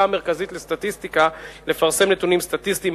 המרכזית לסטטיסטיקה לפרסם נתונים סטטיסטיים,